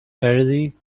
early